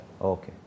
okay